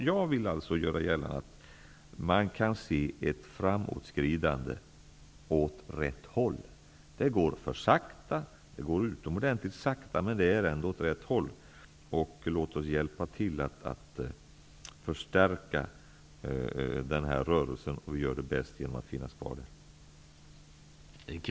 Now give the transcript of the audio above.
Jag vill göra gällande att man kan se ett framåtskridande åt rätt håll. Det går för sakta. Det går utomordentligt sakta, men det går ändå åt rätt håll. Låt oss hjälpa till att förstärka den här rörelsen. Vi gör det bäst genom att finnas kvar där.